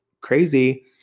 crazy